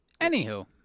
Anywho